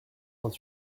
vingt